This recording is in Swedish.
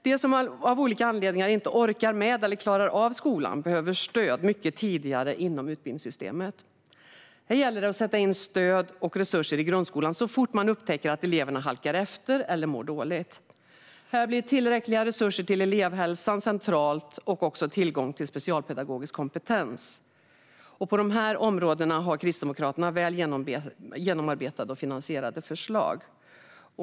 De som av olika anledningar inte orkar med eller klarar av skolan behöver stöd mycket tidigare inom utbildningssystemet. Det gäller att sätta in stöd och resurser i grundskolan så fort man upptäcker att elever halkar efter eller mår dåligt. Här blir tillräckliga resurser till elevhälsan centralt och även tillgång till specialpedagogisk kompetens. På dessa områden har Kristdemokraterna väl genomarbetade och finansierade förslag.